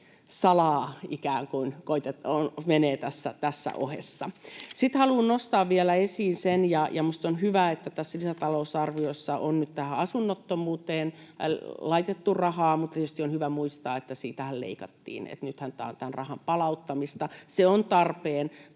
salaa menee tässä ohessa. Sitten haluan nostaa vielä esiin sen — ja minusta on hyvä, että tässä lisätalousarviossa on nyt tähän asunnottomuuteen laitettu rahaa — että tietysti on hyvä muistaa, että siitähän leikattiin, että nythän tämä on tämän rahan palauttamista. Se on tarpeen,